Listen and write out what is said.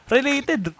Related